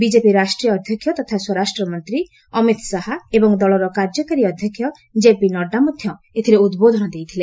BJP ରାଷ୍ଟ୍ରୀୟ ଅଧ୍ୟକ୍ଷ ତଥା ସ୍ୱରାଷ୍ଟ୍ର ମନ୍ତ୍ରୀ ଅମିତ୍ ଶାହା ଏବଂ ଦଳର କାର୍ଯ୍ୟକାରୀ ଅଧ୍ୟକ୍ଷ କେପି ନଡ୍ଡା ମଧ୍ୟ ଏଥିରେ ଉଦ୍ବୋଧନ ଦେଇଥିଲେ